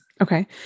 Okay